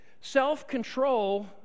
self-control